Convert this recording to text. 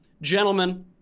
Gentlemen